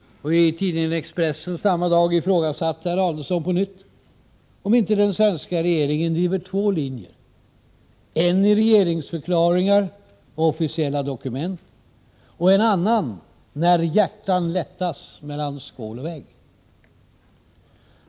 Och i tidningen Expressen samma dag ifrågasatte herr Adelsohn på nytt om inte den svenska regeringen driver två linjer: en i regeringsförklaringar och officiella dokument, och en annan ”när hjärtan lättas mellan skål och vägg”.